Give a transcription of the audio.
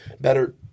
better